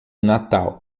natal